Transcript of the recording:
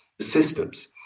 systems